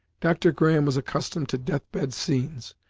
dr. graham was accustomed to death-bed scenes,